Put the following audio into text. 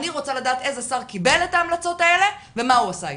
אני רוצה לדעת איזה שר קיבל את ההמלצות האלה ומה הוא עשה איתן.